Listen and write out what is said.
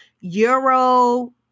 euro